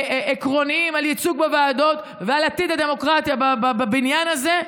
על ייצוג בוועדות ועל עתיד הדמוקרטיה בבניין הזה,